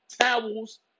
towels